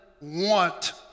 want